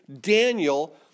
Daniel